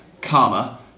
karma